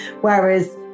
whereas